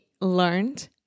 learned